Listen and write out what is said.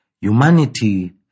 Humanity